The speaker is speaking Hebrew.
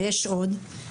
ויש עוד,